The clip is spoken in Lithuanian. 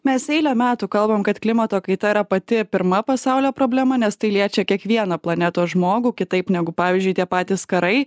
mes eilę metų kalbam kad klimato kaita yra pati pirma pasaulio problema nes tai liečia kiekvieną planetos žmogų kitaip negu pavyzdžiui tie patys karai